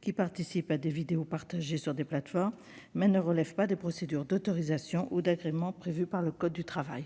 qui participent à des vidéos partagées sur des plateformes, mais qui ne relèvent pas des procédures d'autorisation ou d'agrément prévues par le code du travail.